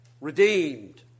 redeemed